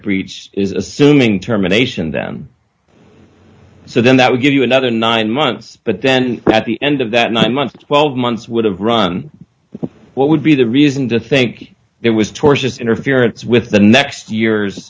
breach is assuming terminations them so then that would give you another nine months but then at the end of that nine months twelve months would have run what would be the reason to think there was tortious interference with the next years